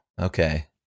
okay